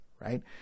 right